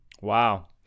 wow